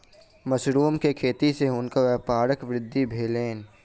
mushroom के खेती सॅ हुनकर व्यापारक वृद्धि भेलैन